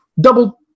double